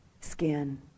skin